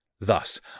Thus